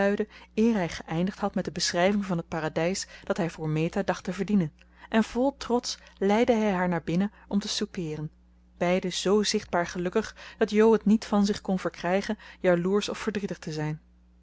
hij geëindigd had met de beschrijving van het paradijs dat hij voor meta dacht te verdienen en vol trots leidde hij haar naar binnen om te soupeeren beiden zoo zichtbaar gelukkig dat jo het niet van zich kon verkrijgen jaloersch of verdrietig te zijn